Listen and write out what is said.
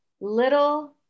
little